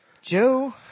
Joe